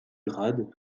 grads